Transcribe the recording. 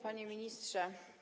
Panie Ministrze!